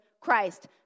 Christ